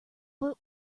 but